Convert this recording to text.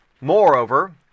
Moreover